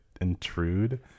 intrude